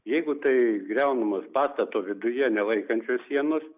jeigu tai griaunamos pastato viduje nelaikančios sienos